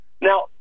Now